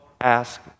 ask